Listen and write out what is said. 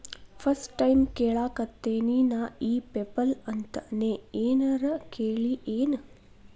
First time ಕೇಳಾಕತೇನಿ ನಾ ಇ ಪೆಪಲ್ ಅಂತ ನೇ ಏನರ ಕೇಳಿಯೇನ್?